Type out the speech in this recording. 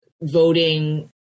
voting